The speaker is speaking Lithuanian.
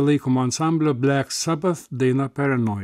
laikomo ansamblio blek sabat daina peranoij